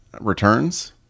returns